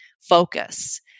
Focus